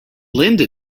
linda